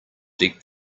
deep